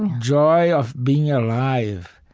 joy of being alive.